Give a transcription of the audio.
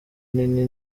nini